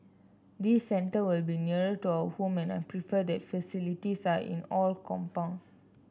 this centre will be nearer to our home and I prefer that the facilities are in all compound